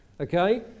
okay